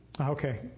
Okay